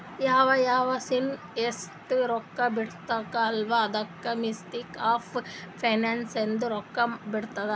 ಯಾವ್ ಯಾವ್ ಸ್ಕೀಮ್ಗ ಎಸ್ಟ್ ರೊಕ್ಕಾ ಬಿಡ್ಬೇಕ ಅಲ್ಲಾ ಅದೂ ಮಿನಿಸ್ಟ್ರಿ ಆಫ್ ಫೈನಾನ್ಸ್ ಎ ರೊಕ್ಕಾ ಬಿಡ್ತುದ್